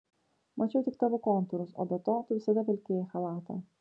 mačiau tik tavo kontūrus o be to tu visada vilkėjai chalatą